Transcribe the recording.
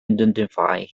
identify